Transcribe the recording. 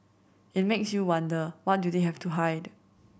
it makes you wonder what do they have to hide